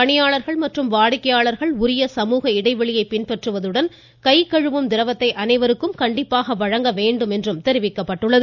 பணியாளர்கள் மற்றும் வாடிக்கையாளர்கள் உரிய சமூக இடைவெளியை பின்பற்றுவதுடன் கை கழுவும் திரவத்தை அனைவருக்கும் கண்டிப்பாக வழங்க வேண்டும் என்றும் தெரிவிக்கப்பட்டுள்ளது